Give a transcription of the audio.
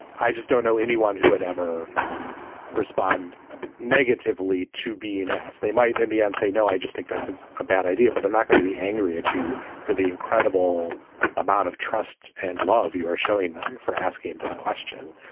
i just don't know anyone who would ever respond negatively to be an ass. they might in the end say no. i just think that's a ah bad idea. but they're not going to be angry at you for the incredible amount of trust and love you are showing them for asking this question.